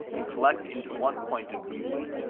and collect into one point of view,